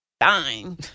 dying